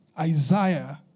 Isaiah